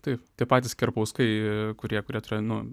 taip tie patys kerpauskai kurie kurie turėjo nu